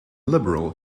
liberal